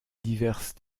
diverses